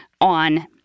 on